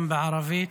גם בערבית,